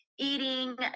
eating